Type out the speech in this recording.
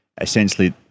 essentially